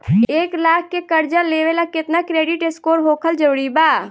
एक लाख के कर्जा लेवेला केतना क्रेडिट स्कोर होखल् जरूरी बा?